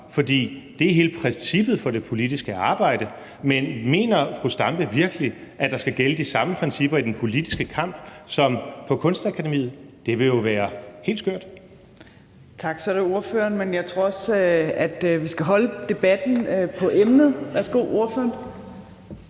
for det er hele princippet for det politiske arbejde. Men mener fru Zenia Stampe virkelig, at der skal gælde de samme principper i den politiske kamp som på Kunstakademiet? Det ville jo være helt skørt. Kl. 18:26 Fjerde næstformand (Trine Torp): Tak. Så er det ordføreren. Men jeg tror, at vi skal holde debatten på emnet. Værsgo til ordføreren.